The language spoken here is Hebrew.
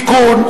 (תיקון,